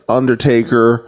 undertaker